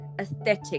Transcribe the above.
aesthetic